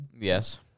Yes